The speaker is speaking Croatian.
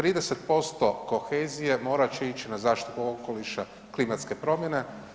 30% kohezije morat će ići na zaštitu okoliša, klimatske promjene.